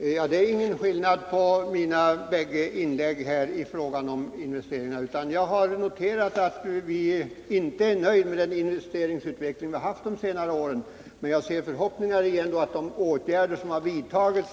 Herr talman! Det är ingen skillnad på mina bägge inlägg i fråga om investeringarna. Jag har noterat att vi inte är nöjda med den investeringsutveckling som ägt rum de senaste åren. Men jag har förhoppningar om att de åtgärder som har vidtagits,